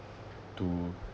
to